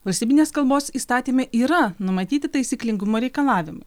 valstybinės kalbos įstatyme yra numatyti taisyklingumo reikalavimų